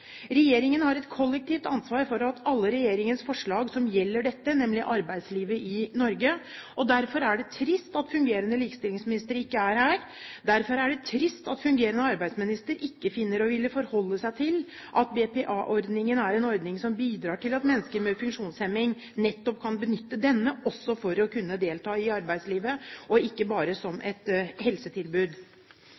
Regjeringen har et kollektivt ansvar for alle regjeringens forslag som gjelder dette, nemlig arbeidslivet i Norge. Derfor er det trist at fungerende likestillingsminister ikke er her. Derfor er det trist at fungerende arbeidsminister ikke finner å ville forholde seg til at BPA-ordningen er en ordning som bidrar til at mennesker med funksjonshemning nettopp kan benytte denne også for å kunne delta i arbeidslivet, og ikke bare ha den som